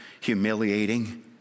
humiliating